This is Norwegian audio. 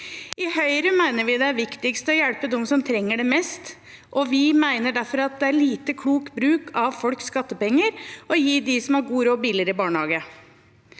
I Høyre mener vi det er viktigst å hjelpe dem som trenger det mest, og vi mener derfor at det er lite klok bruk av folks skattepenger å gi dem som har god råd, billigere barnehage.